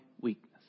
weakness